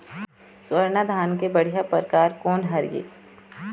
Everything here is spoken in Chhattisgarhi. स्वर्णा धान के बढ़िया परकार कोन हर ये?